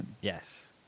Yes